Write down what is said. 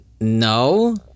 No